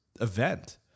event